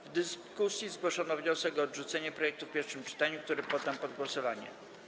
W dyskusji zgłoszono wniosek o odrzucenie projektu w pierwszym czytaniu, który poddam pod głosowanie.